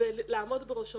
ולעמוד בראשו.